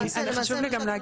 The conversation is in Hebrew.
אני, חשוב לי גם להגיד.